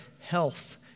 health